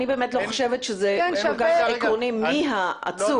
אני לא חושבת שלא מדברים על מי העצור.